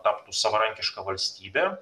taptų savarankiška valstybe